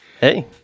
Hey